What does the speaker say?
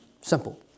Simple